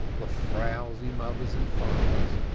the frowsy mothers and fathers,